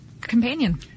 Companion